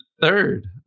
third